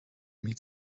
meet